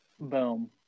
Boom